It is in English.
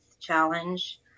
challenge